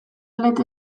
lete